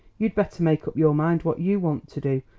you'd better make up your mind what you want to do,